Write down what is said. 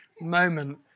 moment